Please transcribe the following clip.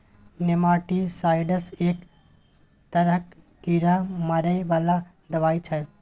nematicides एक तरहक कीड़ा मारै बला दबाई छै